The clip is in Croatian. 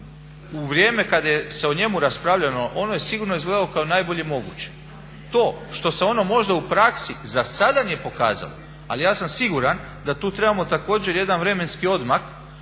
U vrijeme kad je o njemu raspravljano ono je sigurno izgledalo kao najbolje moguće. To što se ono možda u praksi za sada nije pokazalo, ali ja sam siguran da tu trebamo također jedan vremenski odmak